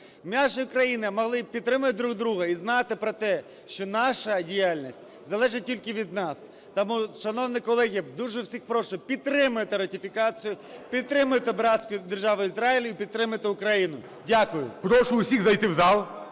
наші країни могли підтримати друг друга і знати про те, що наша діяльність залежить тільки від нас. Тому, шановні колеги, дуже всіх прошу, підтримайте ратифікацію, підтримайте братську державу Ізраїль і підтримайте Україну. Дякую.